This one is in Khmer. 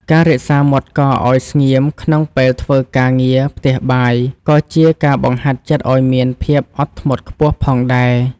ការរក្សាមាត់កឱ្យស្ងៀមក្នុងពេលធ្វើការងារផ្ទះបាយក៏ជាការបង្ហាត់ចិត្តឱ្យមានភាពអត់ធ្មត់ខ្ពស់ផងដែរ។